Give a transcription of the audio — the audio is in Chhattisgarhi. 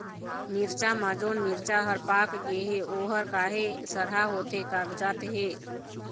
मिरचा म जोन मिरचा हर पाक गे हे ओहर काहे सरहा होथे कागजात हे?